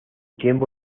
tiempo